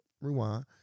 rewind